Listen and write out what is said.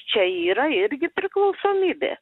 čia yra irgi priklausomybė